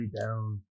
down